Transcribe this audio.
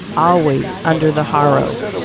always under the harrow.